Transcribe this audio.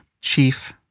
Chief